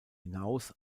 hinaus